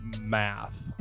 math